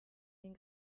den